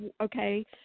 okay